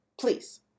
please